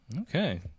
Okay